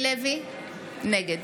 נגד